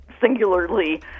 singularly